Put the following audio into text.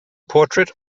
portrait